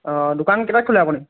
অঁ দোকান কেইটাত খুলে আপুনি